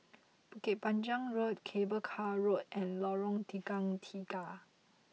Bukit Panjang Road Cable Car Road and Lorong Tukang Tiga